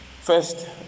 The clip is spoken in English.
First